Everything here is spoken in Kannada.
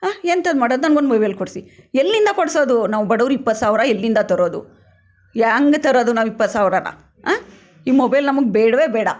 ಎಂಥದ್ದು ಮಾಡೋದು ನನ್ಗೊಂದು ಮೊಬೈಲ್ ಕೊಡಿಸಿ ಎಲ್ಲಿಂದ ಕೊಡಿಸೋದು ನಾವು ಬಡವ್ರು ಇಪ್ಪತ್ತು ಸಾವಿರ ಎಲ್ಲಿಂದ ತರೋದು ಹ್ಯಾಂಗ ತರೋದು ನಾವು ಇಪ್ಪತ್ತು ಸಾವಿರಾನಾ ಈ ಮೊಬೈಲ್ ನಮಗೆ ಬೇಡವೇ ಬೇಡ